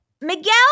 Miguel